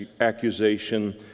accusation